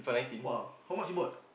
!wow! how much you bought